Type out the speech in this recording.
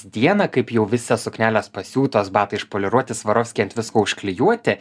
dieną kaip jau visos sukneles pasiūtos batai išpoliruoti swarovski ant visko užklijuoti